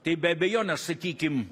tai be abejonės sakykim